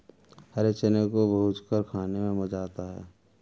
हरे चने को भूंजकर खाने में मज़ा आता है